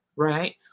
right